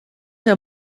her